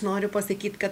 noriu pasakyt kad